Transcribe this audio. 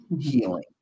healing